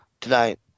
tonight